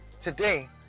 today